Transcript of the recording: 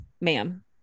ma'am